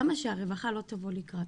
למה שהרווחה לא תבוא לקראת?